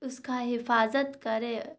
اس کا حفاظت کرے